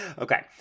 Okay